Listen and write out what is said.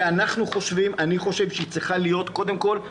שאני חושב שהיא צריכה להיות במכללות.